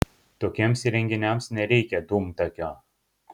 tokiems įrenginiams nereikia dūmtakio